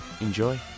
Enjoy